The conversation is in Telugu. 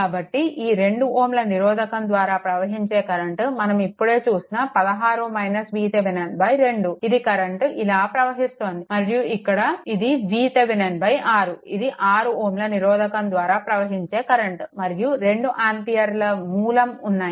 కాబట్టి 2Ω నిరోధకం ద్వారా ప్రవహించే కరెంట్ మనం ఇప్పుడే చూసిన 2 ఇది కరెంట్ ఇలా ప్రవహిస్తోంది మరియు ఇక్కడ ఇది VThevenin 6 ఇది 6 Ω నిరోధకం ద్వారా ప్రవహించే కరెంట్మరియు 2 ఆంపియర్ మూలం ఉన్నాయి